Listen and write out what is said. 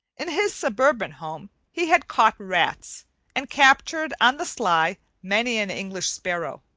in his suburban home he had caught rats and captured on the sly many an english sparrow.